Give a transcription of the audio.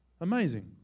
Amazing